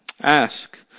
Ask